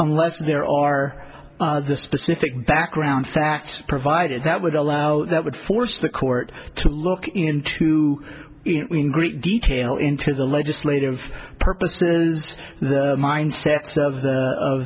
unless there are other specific background facts provided that would allow that would force the court to look into in great detail into the legislative purpose the mindset o